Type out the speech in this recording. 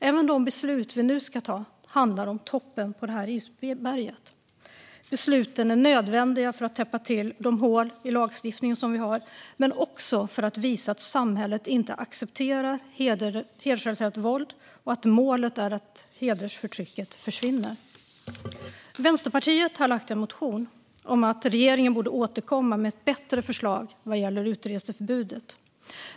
Även de beslut vi nu ska ta handlar om toppen på isberget. Besluten är nödvändiga för att täppa till de hål vi har i lagstiftningen, men också för att visa att samhället inte accepterar hedersrelaterat våld och att målet är att hedersförtrycket försvinner. Vänsterpartiet har väckt en motion om att regeringen borde återkomma med ett bättre förslag vad gäller utreseförbudet.